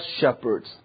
shepherds